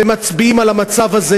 ומצביעים על המצב הזה.